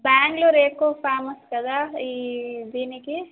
బెంగళూరు ఎక్కువ ఫేమస్ కదా ఈ దీనికి